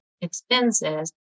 expenses